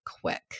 quick